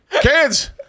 Kids